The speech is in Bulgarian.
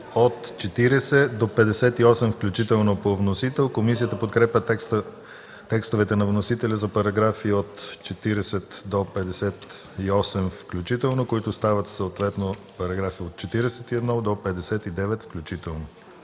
е прието. ДОКЛАДЧИК ДИМИТЪР ГЛАВЧЕВ: Комисията подкрепя текстовете на вносителя за параграфи от 40 до 58 включително, които стават съответно параграфи от 41 до 59 включително.